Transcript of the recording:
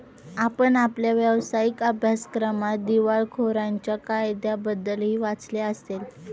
आपण आपल्या व्यावसायिक अभ्यासक्रमात दिवाळखोरीच्या कायद्याबद्दलही वाचले असेल